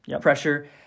pressure